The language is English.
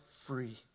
free